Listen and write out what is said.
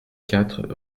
quatre